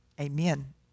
Amen